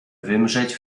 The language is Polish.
wymrzeć